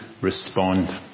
respond